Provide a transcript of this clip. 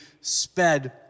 sped